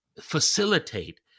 facilitate